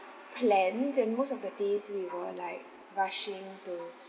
planned and most of the days we were like rushing to